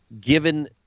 given